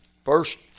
First